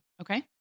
Okay